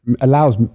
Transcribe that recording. allows